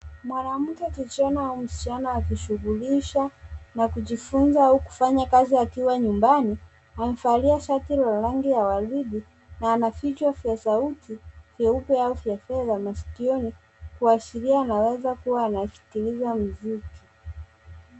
Mwanamke kijana au msichana akijishughulisha na kujifunza au kufanya kazi akiwa nyumbani. Amevalia shati la rangi ya waridi na ana vichwa vya sauti vyeupe au vya masikioni kuashiria anaweza kuwa anasikiliza muziki.